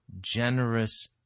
generous